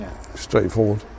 Straightforward